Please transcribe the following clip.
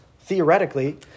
theoretically